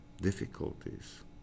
difficulties